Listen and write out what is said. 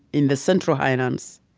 in the central highlands.